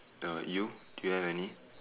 oh you do you have any